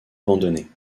abandonnés